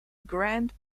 grand